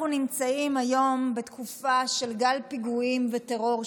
אנחנו נמצאים היום בתקופה של גל פיגועים וטרור,